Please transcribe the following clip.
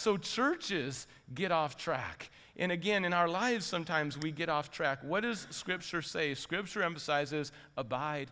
so churches get off track and again in our lives sometimes we get off track what does scripture say scripture emphasizes abide